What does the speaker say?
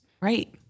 Right